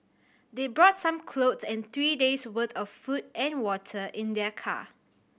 they brought some clothes and three days' worth of food and water in their car